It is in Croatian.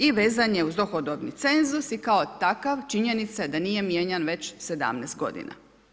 I vezan je uz dohodovni cenzus i kao takav, činjenica je, da nije mijenjan već 17 godina.